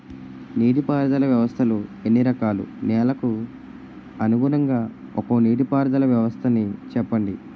నీటి పారుదల వ్యవస్థలు ఎన్ని రకాలు? నెలకు అనుగుణంగా ఒక్కో నీటిపారుదల వ్వస్థ నీ చెప్పండి?